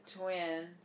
twin